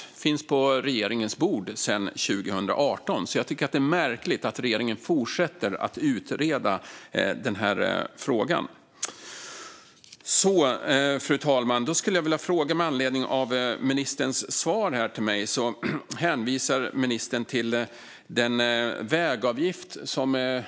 Den har funnits på regeringens bord sedan 2018, så jag tycker att det är märkligt att regeringen fortsätter att utreda denna fråga. Fru talman! Med anledning av ministerns svar till mig har jag en fråga. Ministern hänvisar till den vägavgift som